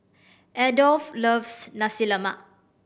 Adolph loves Nasi Lemak